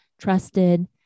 trusted